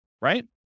right